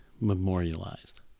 memorialized